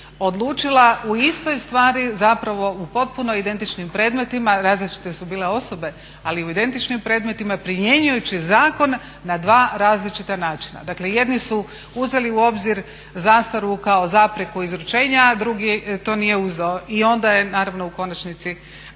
odlučila u istoj stvari zapravo u potpuno identičnim predmetima, različite su bile osobe ali u identičnim predmetima primjenjujući zakon na dva različita načina. Dakle jedni su uzeli u obzir zastaru kao zapreku izručenja a drugi to nije uzeo i onda je naravno u konačnici